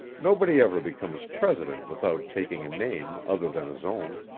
nobody ever becomes president without taking a name other than his own.